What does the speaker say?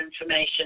information